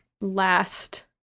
last